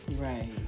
Right